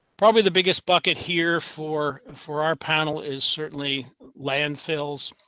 probably the biggest bucket here for for our panel is certainly landfills.